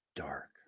Dark